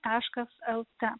taškas lt